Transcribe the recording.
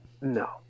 No